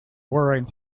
wearing